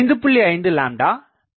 5 b2